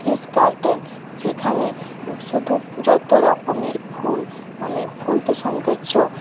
garden যেখানে শুধু যতো রকমের ফুল মানে ফুল তো সৌন্দর্য